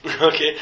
Okay